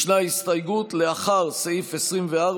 ישנה הסתייגות לאחר סעיף 24,